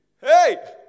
Hey